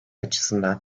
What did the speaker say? açısından